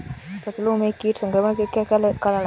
फसलों में कीट संक्रमण के क्या क्या कारण है?